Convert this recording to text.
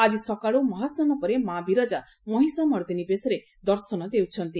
ଆଜି ସକାଳୁ ମହାସ୍ନାନ ପରେ ମାବିରଜା ମହିଷାମଦ୍ଦିନୀ ବେଶରେ ଦର୍ଶନ ଦେଉଛନ୍ତି